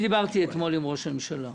דיברתי אתמול בלילה עם ראש הממשלה.